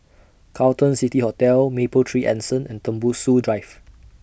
Carlton City Hotel Mapletree Anson and Tembusu Drive